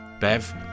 Bev